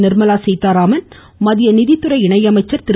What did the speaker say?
நிர்மலாசீதாராமன் மத்திய நிதித்துறை இணையமைச்சர் திரு